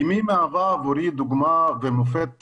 אימא תמיד מהווה עבורי דוגמה ומופת,